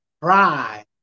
Pride